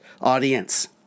audience